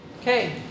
Okay